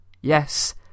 yes